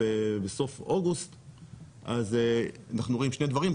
בסוף אוגוסט אז אנחנו רואים שני דברים,